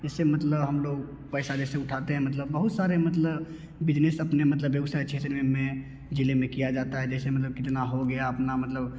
इससे मतलब हम लोग पैसा जैसे उठाते हैं मतलब बहुत सारे मतलब बिजनेस अपने मतलब व्यवसाय में ज़िले में किया जाता है जैसे मतलब हो गया अपना मतलब